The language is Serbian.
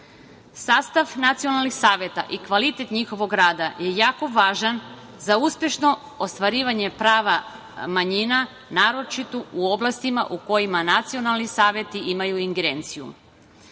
Sastav nacionalnih saveta i kvalitet njihovog rada je jako važan za uspešno ostvarivanje prava manjina, naročito u oblastima u kojima nacionalni saveti imaju ingerenciju. Što